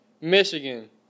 Michigan